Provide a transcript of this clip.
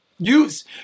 Use